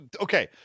Okay